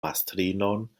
mastrinon